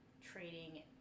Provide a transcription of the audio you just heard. trading